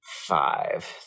five